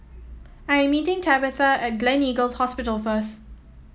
I'm meeting Tabetha at Gleneagles Hospital first